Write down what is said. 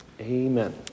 Amen